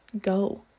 Go